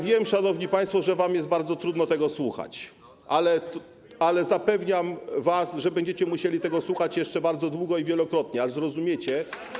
Wiem, szanowni państwo, że wam jest bardzo trudno tego słuchać, ale zapewniam was, że będziecie musieli tego słuchać jeszcze bardzo długo i wielokrotnie, aż zrozumiecie.